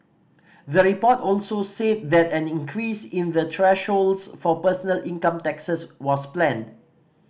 the report also said that an increase in the thresholds for personal income taxes was planned